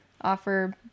offer